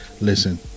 Listen